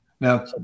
Now